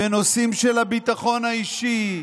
בנושאים של הביטחון האישי,